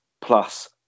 Plus